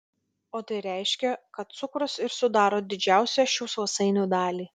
o tai reiškia kad cukrus ir sudaro didžiausią šių sausainių dalį